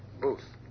Booth